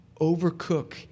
overcook